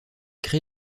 crée